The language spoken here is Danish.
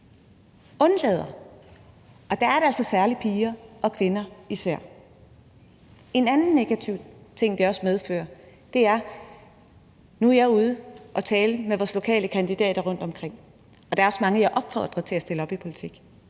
undlader, og der er det altså især særlig piger og kvinder. Det medfører også en anden negativ ting. Nu er jeg ude og tale med vores lokale kandidater rundtomkring, og der er også mange, jeg opfordrer til at stille op i politik.